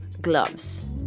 gloves